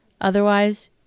Otherwise